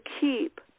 keep